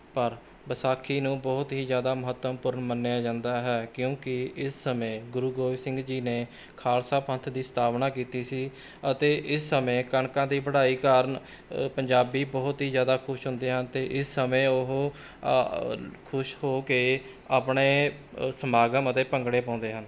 ਪਰ ਵਿਸਾਖੀ ਨੂੰ ਬਹੁਤ ਹੀ ਜ਼ਿਆਦਾ ਮਹੱਤਵਪੂਰਨ ਮੰਨਿਆਂ ਜਾਂਦਾ ਹੈ ਕਿਉਂਕਿ ਇਸ ਸਮੇਂ ਗੁਰੂ ਗੋਬਿੰਦ ਸਿੰਘ ਜੀ ਨੇ ਖਾਲਸਾ ਪੰਥ ਦੀ ਸਥਾਪਨਾ ਕੀਤੀ ਸੀ ਅਤੇ ਇਸ ਸਮੇਂ ਕਣਕਾਂ ਦੀ ਵਢਾਈ ਕਾਰਨ ਪੰਜਾਬੀ ਬਹੁਤ ਹੀ ਜ਼ਿਆਦਾ ਖੁਸ਼ ਹੁੰਦੇ ਹਨ ਅਤੇ ਇਸ ਸਮੇਂ ਉਹ ਖੁਸ਼ ਹੋ ਕੇ ਆਪਣੇ ਸਮਾਗਮ ਅਤੇ ਭੰਗੜੇ ਪਾਉਂਦੇ ਹਨ